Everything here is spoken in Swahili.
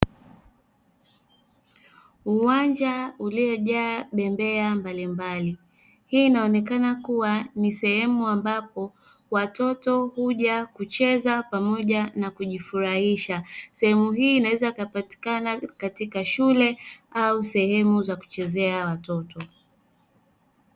Uwanja uliojaa bembea mbalimbali, hii inaonekana kuwa ni sehemu ambapo watoto huja kucheza pamoja na kujifurahisha. Sehemu hii inaweza ikapatikana katika shule au sehemu za kuchezea watoto.